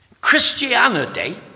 Christianity